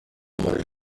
maj